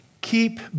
Keep